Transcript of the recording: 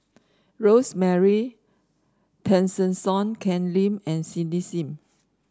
Rosemary Tessensohn Ken Lim and Cindy Sim